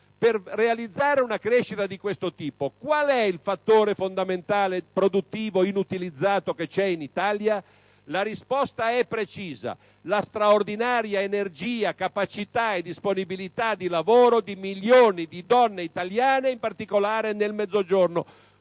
Per realizzare una crescita di questo tipo, qual è il fattore fondamentale produttivo inutilizzato esistente in Italia? La risposta è precisa: la straordinaria energia, capacità e disponibilità di lavoro di milioni di donne italiane, in particolare nel Mezzogiorno.